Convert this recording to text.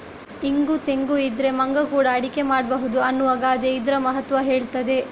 ಇಂಗು ತೆಂಗು ಇದ್ರೆ ಮಂಗ ಕೂಡಾ ಅಡಿಗೆ ಮಾಡ್ಬಹುದು ಅನ್ನುವ ಗಾದೆ ಇದ್ರ ಮಹತ್ವ ಹೇಳ್ತದೆ